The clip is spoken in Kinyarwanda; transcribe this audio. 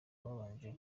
babanje